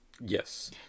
Yes